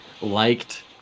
liked